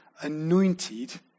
anointed